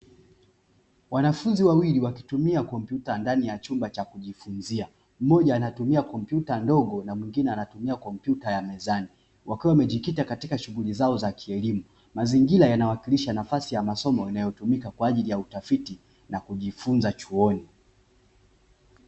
Wanafunzi wawili wakitumia kompyuta ndani ya chumba cha kujifunzia mmoja anatumia komputa ndogo mwingine anatumia komputa ya mezani wakiwa wamejikita katika shughuli zao za kielimu. Mazingira yanawakilisha nafasi ya kimasomo inayotumika kwa ajili ya utafiti na kujifunzia chuoni.